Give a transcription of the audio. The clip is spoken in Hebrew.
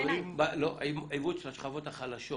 עיוות של השכבות החלשות